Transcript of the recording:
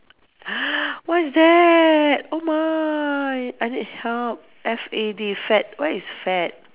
what is that oh my I need help F A D fad what is fad